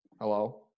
Hello